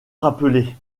rappeler